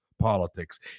politics